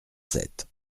sept